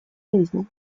жизни